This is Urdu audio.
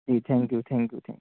G thank you thank you thank you